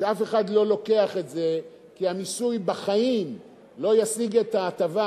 שאף אחד לא לוקח את זה כי המיסוי בחיים לא ישיג את ההטבה